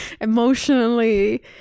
emotionally